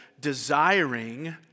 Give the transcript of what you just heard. desiring